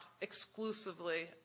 exclusively